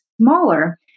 smaller